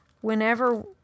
whenever